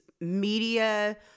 media